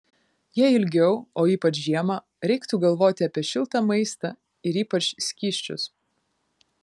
jei ilgiau o ypač žiemą reiktų galvoti apie šiltą maistą ir ypač skysčius